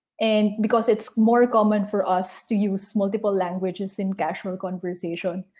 and because it's more common for us to use multiple languages in casual conversation,